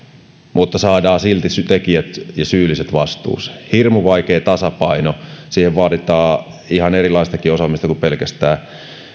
mutta saadaan silti tekijät ja syylliset vastuuseen hirmu vaikea tasapaino siihen vaaditaan ihan erilaistakin osaamista kuin pelkästään